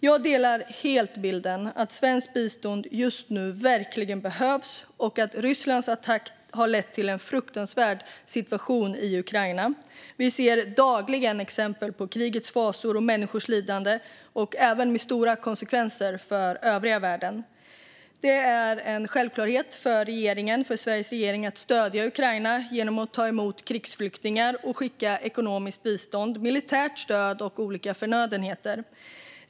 Jag delar helt bilden att svenskt bistånd just nu verkligen behövs och att Rysslands attack har lett till en fruktansvärd situation i Ukraina. Vi ser dagligen exempel på krigets fasor och människors lidande - även med stora konsekvenser för övriga världen. Det är en självklarhet för Sveriges regering att stödja Ukraina genom att ta emot krigsflyktingar och skicka ekonomiskt bistånd, militärt stöd och olika förnödenheter.